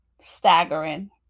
staggering